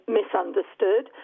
misunderstood